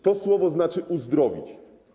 To słowo znaczy: uzdrowić.